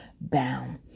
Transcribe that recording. bound